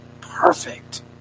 Perfect